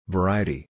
Variety